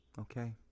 Okay